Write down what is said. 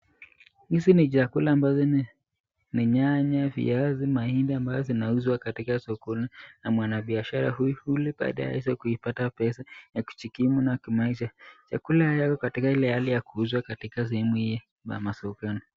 Hizi ni chakula ambazo ni nyanya, viazi, mahindi ambazo zinauzwa katika sokoni na mwanabiashara huyu ili baadae aweze kupata pesa ya kujikimu na kimaisha. Vyakula yako katika ile hali ya kuuzwa katika sehemu hii ya masokoni.